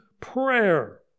prayer